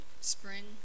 spring